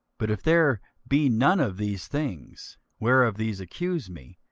but if there be none of these things whereof these accuse me,